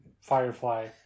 Firefly